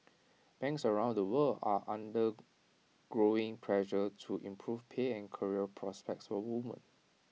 banks around the world are under growing pressure to improve pay and career prospects for women